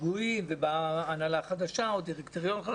שגויים ובאה הנהלה חדשה ודירקטוריון חדש,